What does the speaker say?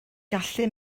gallu